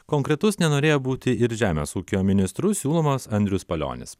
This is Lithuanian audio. konkretus nenorėjo būti ir žemės ūkio ministru siūlomas andrius palionis